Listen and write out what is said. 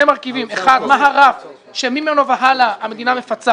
מרכיבים מה הרף ממנו והלאה המדינה מפצה